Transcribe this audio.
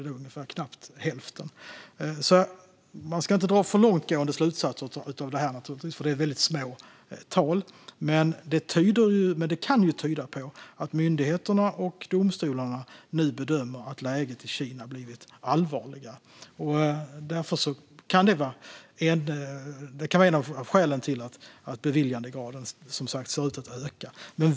Man ska naturligtvis inte dra för långtgående slutsatser av detta, för det är väldigt små tal, men det kan ju tyda på att myndigheterna och domstolarna nu bedömer att läget i Kina har blivit allvarligare. Det kan vara ett av skälen till att beviljandegraden ser ut att öka.